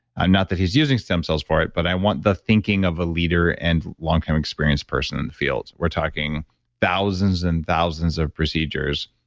and not that he's using stem cells for it, but i want the thinking of a leader and long-term experienced person in the field. we're talking thousands and thousands of procedures,